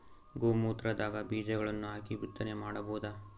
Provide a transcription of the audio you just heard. ಗೋ ಮೂತ್ರದಾಗ ಬೀಜಗಳನ್ನು ಹಾಕಿ ಬಿತ್ತನೆ ಮಾಡಬೋದ?